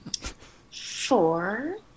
Four